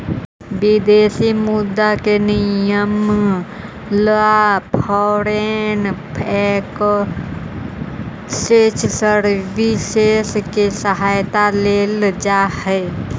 विदेशी मुद्रा के विनिमय ला फॉरेन एक्सचेंज सर्विसेस के सहायता लेल जा हई